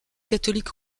catholique